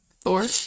Thor